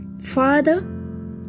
Father